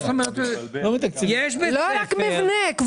לא רק מבנה, גם